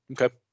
Okay